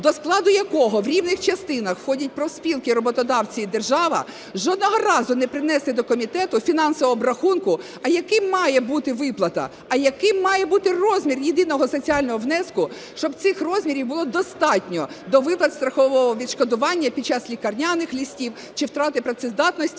до складу якого в рівних частинах входять профспілки, роботодавці і держава, жодного разу не принесли до комітету фінансового обрахунку, а якою має бути виплата, а яким має бути розмір єдиного соціального внеску, щоб цих розмірів було достатньо для виплат страхового відшкодування під час лікарняних листів чи втрати працездатності